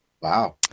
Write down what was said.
wow